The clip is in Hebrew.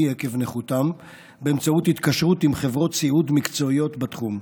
עקב נכותם באמצעות התקשרות עם חברות סיעוד מקצועיות בתחום.